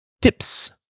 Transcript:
tips